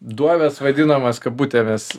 duobės vadinamos kabutėmis